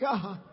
God